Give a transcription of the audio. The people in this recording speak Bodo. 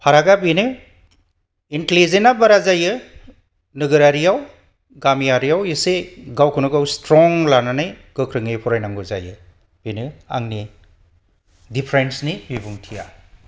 फारागा बेनो इन्टेलिजेन्टा बारा जायो नोगोरारियाव गामिआरियाव एसे गावखौनो गाव स्ट्रं लानानै गोख्रोङै फरायनांगौ जायो बेनो आंनि डिफारेन्सनि बिबुंथिया